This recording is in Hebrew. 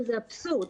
שזה אבסורד.